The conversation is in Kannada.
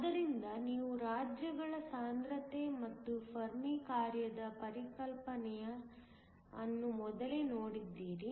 ಆದ್ದರಿಂದ ನೀವು ರಾಜ್ಯಗಳ ಸಾಂದ್ರತೆ ಮತ್ತು ಫೆರ್ಮಿ ಕಾರ್ಯದ ಪರಿಕಲ್ಪನೆಯನ್ನು ಮೊದಲೇ ನೋಡಿದ್ದೀರಿ